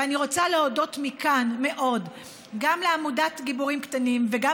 ואני רוצה להודות מכאן מאוד גם לעמותת גיבורים קטנים וגם